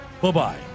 Bye-bye